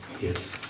Yes